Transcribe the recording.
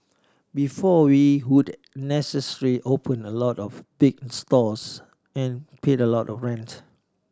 before we would necessarily opened a lot of big stores and paid a lot of rent